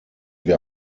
wir